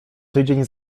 tydzień